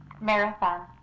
Marathon